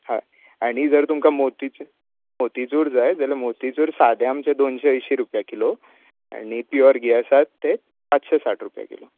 हय आनी जर तुमकां मोतीचूर जाय मोतीचूर सादे आमचे दोनशईं अयशीं रुपया किलो आनी पियोर घी आसा ते पांचशें साठ रुपया किलो